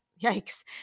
yikes